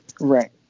Right